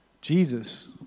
Jesus